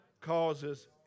causes